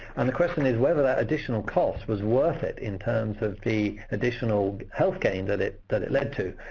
and the question is whether that additional cost was worth it in terms of the additional health gain that it that it led to.